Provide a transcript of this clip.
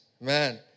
Man